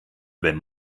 wenn